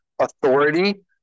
authority